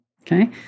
Okay